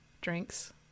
drinks